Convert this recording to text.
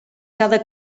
cada